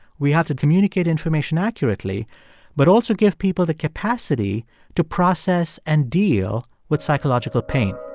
we have to communicate information accurately but also give people the capacity to process and deal with psychological pain.